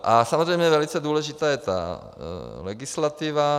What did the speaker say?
A samozřejmě velice důležitá je legislativa.